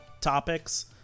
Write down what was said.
topics